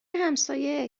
همسایه